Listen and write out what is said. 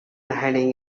hiding